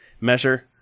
measure